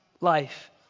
life